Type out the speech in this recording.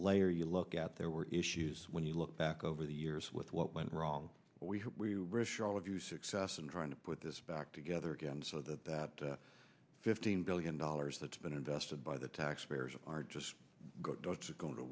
layer you look at there were issues when you look back over the years with what went wrong we wish all of you success and trying to put this back together again so that that fifteen billion dollars that's been invested by the taxpayers are just going to